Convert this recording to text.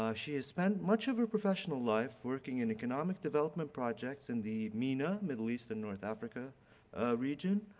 ah she has spent much of her professional life working in economic development projects in the mena, middle east and north africa region.